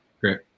Great